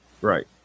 Right